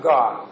God